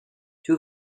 two